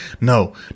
no